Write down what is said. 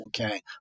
Okay